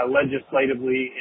legislatively